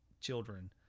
children